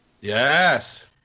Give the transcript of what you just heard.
Yes